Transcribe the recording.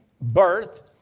birth